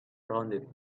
rounded